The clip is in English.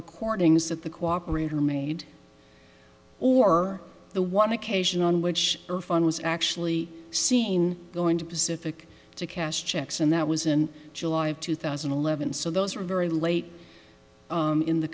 recordings that the cooperate who made or the one occasion on which are fun was actually seen going to pacific to cast checks and that was in july of two thousand and eleven so those are very late in the